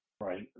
Right